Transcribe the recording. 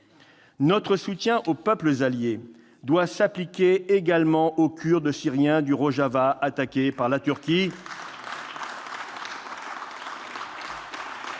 Notre soutien aux peuples alliés doit s'appliquer également aux Kurdes syriens du Rojava attaqués par la Turquie.